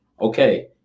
Okay